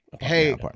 Hey